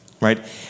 right